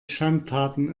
schandtaten